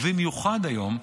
ובמיוחד היום,